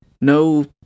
no